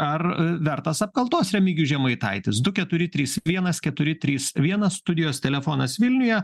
ar vertas apkaltos remigijus žemaitaitis du keturi trys vienas keturi trys vienas studijos telefonas vilniuje